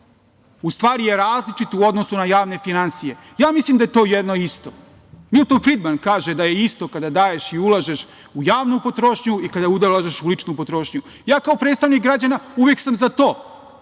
u stvari je različit u odnosu na javne finansije. Ja mislim da je to jedno isto. Milton Fridman kaže da je isto kada daješ i ulažeš u javnu potrošnju i kada ulažeš u ličnu potrošnju. Ja kao predstavnik građana uvek sam za to